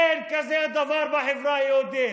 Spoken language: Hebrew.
אין כזה דבר בחברה היהודית.